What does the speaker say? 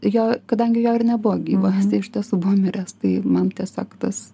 jo kadangi jo ir nebuvo gyvo tai iš tiesų buvo miręs tai man tiesiog tas